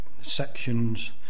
sections